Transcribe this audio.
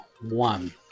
one